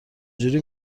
جوری